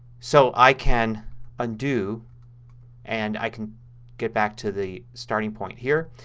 so i can undo and i can get back to the starting point here.